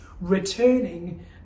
returning